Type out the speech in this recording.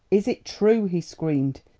is it true? he screamed,